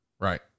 Right